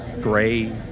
gray